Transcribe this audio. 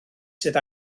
sydd